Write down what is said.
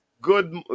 Good